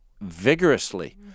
vigorously